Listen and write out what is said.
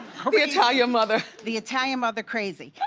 the italian mother. the italian mother crazy.